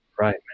Right